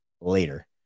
later